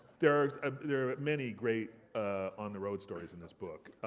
there are ah there are many great on the road stories in this book.